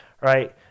right